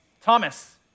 Thomas